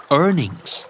earnings